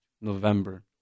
November